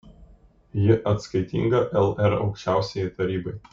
ji atskaitinga lr aukščiausiajai tarybai